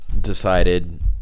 decided